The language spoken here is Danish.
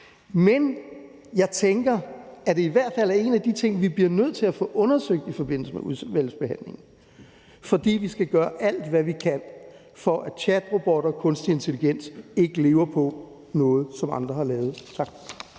Men jeg tænker, at det i hvert fald er en af de ting, vi bliver nødt til at få undersøgt i forbindelse med udvalgsbehandlingen, for vi skal gøre alt, hvad vi kan, for at chatrobotter og kunstig intelligens ikke eksisterer på baggrund af noget, som andre har lavet. Tak.